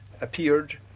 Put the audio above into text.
appeared